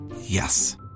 Yes